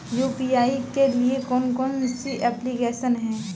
UPI के लिए कौन कौन सी एप्लिकेशन हैं?